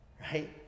Right